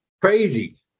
crazy